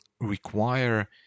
require